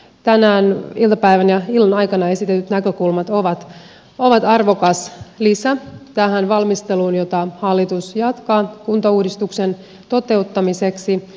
tänään iltapäivän ja illan aikana esitetyt näkökulmat ovat arvokas lisä tähän valmisteluun jota hallitus jatkaa kuntauudistuksen toteuttamiseksi